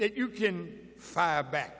that you can fire back